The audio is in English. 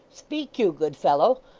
speak you, good fellow.